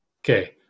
Okay